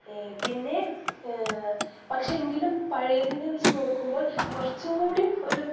പിന്നെ പക്ഷേ എങ്കിലും പഴയതിനെ വച്ച് നോക്കുമ്പോൾ കുറച്ചും കൂടി ഒരു